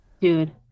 dude